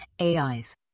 AIs